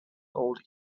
old